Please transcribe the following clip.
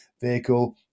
vehicle